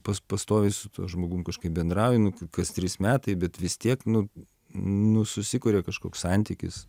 pas pastoviai su tuo žmogum kažkaip bendrauji nu kas trys metai bet vis tiek nu nu susikuria kažkoks santykis